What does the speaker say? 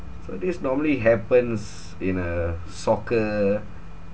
so this normally happens in a soccer